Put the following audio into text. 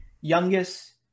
youngest